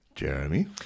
Jeremy